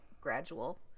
gradual